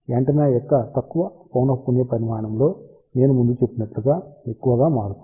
antenna యొక్క తక్కువ పౌనఃపున్య పరిమాణంలో నేను ముందు చెప్పినట్లుగా ఎక్కువగా మారుతుంది